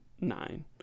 Nine